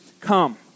come